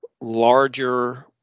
larger